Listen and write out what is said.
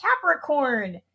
Capricorn